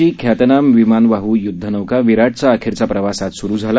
भारताची ख्यातनाम विमानवाह् युद्धनौका विराटचा अखेरचा प्रवास आज सुरु झाला